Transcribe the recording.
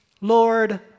Lord